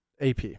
AP